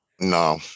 No